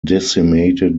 decimated